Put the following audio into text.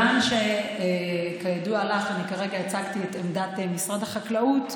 כיוון שכידוע לך אני כרגע הצגתי את עמדת משרד החקלאות,